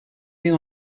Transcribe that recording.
bin